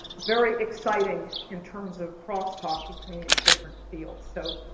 very exciting in terms of cross talk between these different fields. so